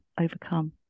overcome